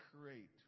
create